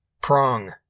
Prong